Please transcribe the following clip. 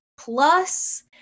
plus